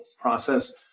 process